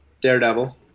Daredevil